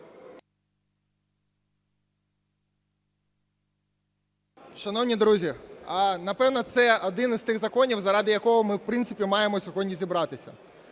Шановні друзі, напевно, це один із тих законів, заради якого ми, в принципі, маємо сьогодні зібратися.